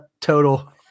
total